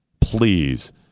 please